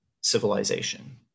civilization